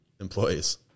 employees